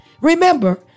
Remember